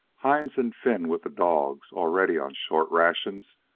hines and finn, with the dogs, already on short rations,